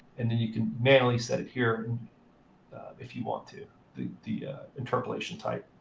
and then you can manually set it here if you want to, the the interpolation type.